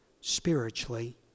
spiritually